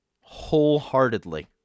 wholeheartedly